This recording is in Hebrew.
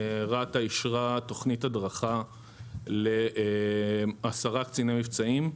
רת"א אישרה תוכנית הדרכה לעשרה קציני מבצעים.